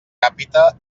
càpita